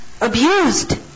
abused